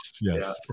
Yes